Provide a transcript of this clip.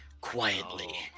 Quietly